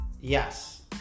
Yes